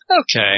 Okay